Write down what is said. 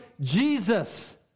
Jesus